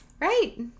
Right